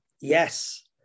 Yes